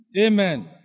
Amen